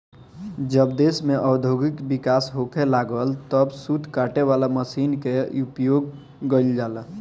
जब देश में औद्योगिक विकास होखे लागल तब सूत काटे वाला मशीन के उपयोग गईल जाला